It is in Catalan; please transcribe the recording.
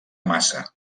massa